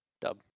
dub